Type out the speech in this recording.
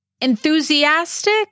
enthusiastic